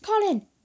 Colin